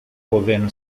governo